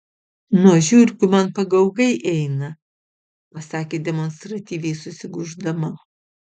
nuo žiurkių man pagaugai eina pasakė demonstratyviai susigūždama